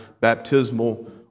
baptismal